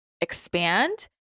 expand